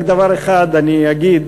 רק דבר אחד אני אגיד: